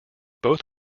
both